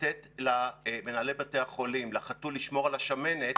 לתת למנהלי בתי החולים, לחתול לשמור על השמנת,